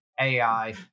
AI